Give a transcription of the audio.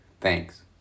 Thanks